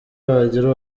wagira